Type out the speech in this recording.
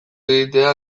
egitea